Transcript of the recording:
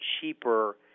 cheaper